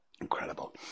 Incredible